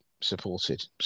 supported